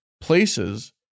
places